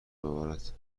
ببارد